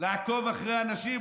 לעקוב אחרי אנשים.